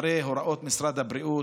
אחרי הוראות משרד הבריאות.